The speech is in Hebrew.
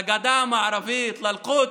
לגדה המערבית, לאלקודס,